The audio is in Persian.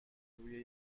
روی